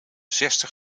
zestig